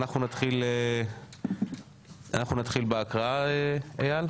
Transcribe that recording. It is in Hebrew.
אנחנו נתחיל בהקראה אייל?